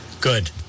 Good